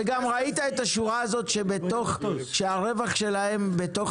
וגם ראית את השורה הזאת שהרווח שלהם בתוך